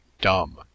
dumb